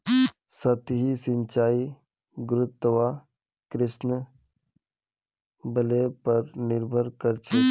सतही सिंचाई गुरुत्वाकर्षण बलेर पर निर्भर करछेक